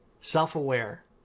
self-aware